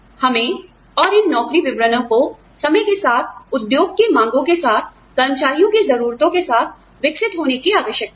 हमें और इन नौकरी विवरणों को समय के साथ उद्योग की मांगों के साथ कर्मचारियों की जरूरतों के साथ विकसित होने की आवश्यकता है